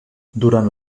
durant